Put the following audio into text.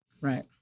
Right